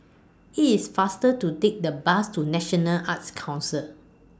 IT IS faster to Take The Bus to National Arts Council